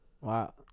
Wow